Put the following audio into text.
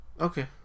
Okay